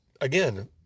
again